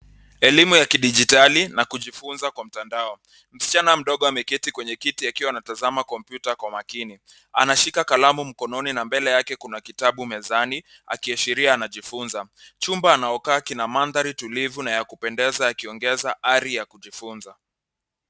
Elimu ya kidijitali na kujifunza kwa mtandao. Msichana mdogo ameketi kwenye kiti akiwa anatazama kompyuta. Anashika kalamu mkononi na mbele yake kuna kitabu mezani ikiashiria anajifunza. Chumba anaokaaa kina mandhari tulivu na ya kupendeza yakiongeza ari ya kujifunza.